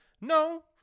no